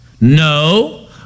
No